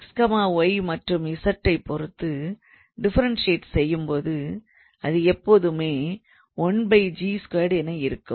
x y மற்றும் z ஐ பொறுத்து டிஃபரன்ஷியேட் செய்யும்போது அது எப்பொழுதுமே என இருக்கும்